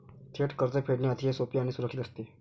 थेट कर्ज फेडणे अतिशय सोपे आणि सुरक्षित असते